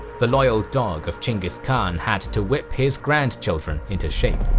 the loyal dog of chinggis khan had to whip his grandchildren into shape.